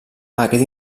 aquest